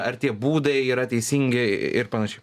ar tie būdai yra teisingi ir panašiai